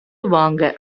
வாங்க